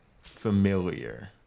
Familiar